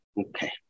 Okay